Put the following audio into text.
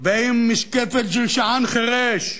ועם משקפת של שען חירש,